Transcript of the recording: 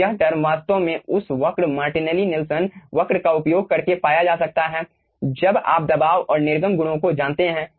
तो यह टर्म वास्तव में उस वक्र मार्टेली नेल्सन वक्र का उपयोग करके पाया जा सकता है जब आप दबाव और निर्गम गुणों को जानते हैं